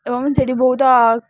ଏବଂ ସେଇଠି ବହୁତ